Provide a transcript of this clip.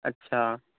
اچھا